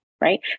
Right